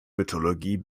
mythologie